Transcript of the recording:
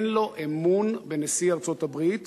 אין לו אמון בנשיא ארצות-הברית,